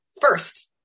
first